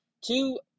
Two